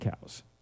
cows